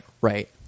right